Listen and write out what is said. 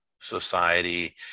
society